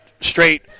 straight